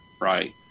right